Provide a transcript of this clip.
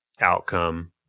outcome